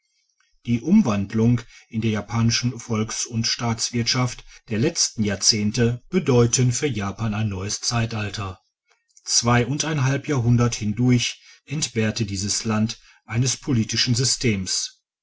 die umwandlungen in der japanischen volks und staatswirtschaft der letzten jahrzehnte bedeuten für japan ein neues zeitalter zwei und ein halb jahrhundert hindurch entbehrte dieses land eines politischen systems